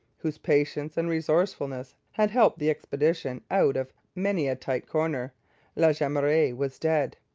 whose patience and resourcefulness had helped the expedition out of many a tight corner la jemeraye was dead.